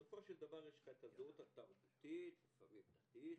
בסופו של דבר יש לך הזהות התרבותית, לפעמים דתית.